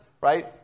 right